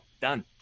Done